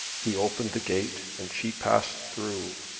he opened the gate and she passed through.